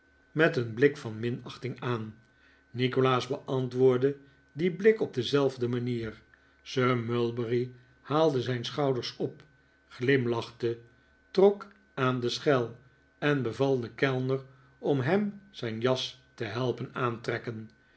met een blik van minachting aan nikolaas beantwoordde dien blik op dezelfde manier sir mulberry haalde zijn schouders op glimlachte trok aan de schel en beval den kellner om hem zijn jas te helpen aantrekken